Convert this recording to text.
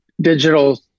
digital